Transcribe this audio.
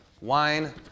wine